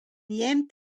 jent